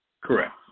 Correct